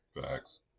facts